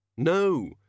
No